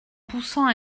poussant